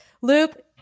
Luke